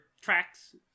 tracks